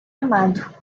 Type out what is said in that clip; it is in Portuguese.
amado